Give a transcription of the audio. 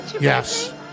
Yes